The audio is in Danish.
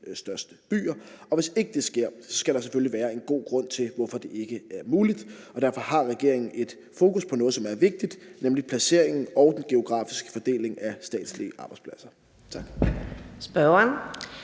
største byer. Hvis ikke det sker, skal der selvfølgelig være en god grund til, hvorfor det ikke er muligt, og derfor har regeringen et fokus på noget, som er vigtigt, nemlig placeringen og den geografiske fordeling af statslige arbejdspladser. Tak.